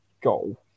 goal